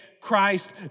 Christ